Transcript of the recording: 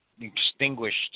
extinguished